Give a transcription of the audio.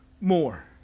more